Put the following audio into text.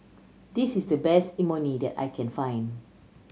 this is the best Imoni that I can find